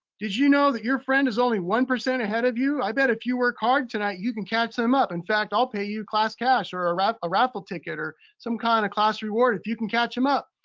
did you know that your friend is only one percent ahead of you? i bet if you work hard tonight, you can catch them up. in fact, i'll pay you class cash or a raffle ticket or some kind of class reward if you can catch them up.